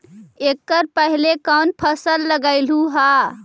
एकड़ पहले कौन फसल उगएलू हा?